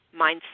mindset